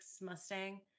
Mustang